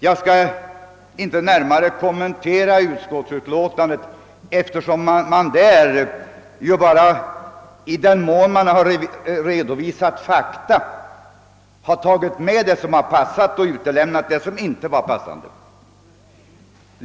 Jag skall inte närmare kommentera utskottsutlåtandet, eftersom utskottet, i den mån man redovisat fakta, bara tagit med det som passat och utlämnat det som inte passat.